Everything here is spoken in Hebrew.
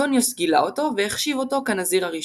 אנטוניוס גילה אותו והחשיב אותו כנזיר הראשון.